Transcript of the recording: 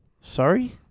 Sorry